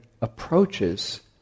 approaches